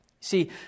See